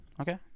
okay